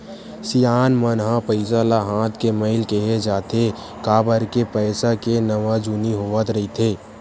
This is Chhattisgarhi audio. सियान मन ह पइसा ल हाथ के मइल केहें जाथे, काबर के पइसा के नवा जुनी होवत रहिथे